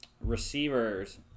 receivers